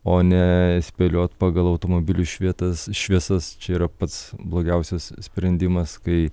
o ne spėliot pagal automobilių švietas šviesas čia yra pats blogiausias sprendimas kai